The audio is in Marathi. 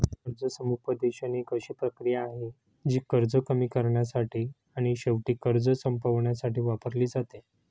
कर्ज समुपदेशन एक अशी प्रक्रिया आहे, जी कर्ज कमी करण्यासाठी आणि शेवटी कर्ज संपवण्यासाठी वापरली जाते